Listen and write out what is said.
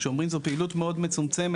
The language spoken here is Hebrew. כשאומרים שזו פעילות מאוד מצומצמת,